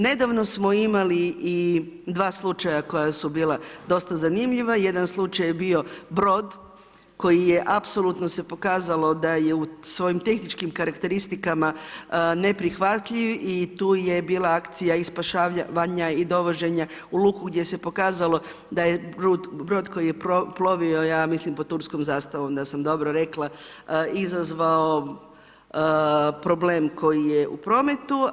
Nedavno smo imali i dva slučaja koja su bila dosta zanimljiva, jedan slučaj je bio brod koji je apsolutno se pokazalo da je u svojim tehničkim karakteristikama neprihvatljiv i tu je bila akcija i spašavanja i dovođenja u luku gdje se pokazalo da je brod koji je plovio ja mislim pod turskom zastavom da sam dobro rekla izazvao problem koji je u prometu.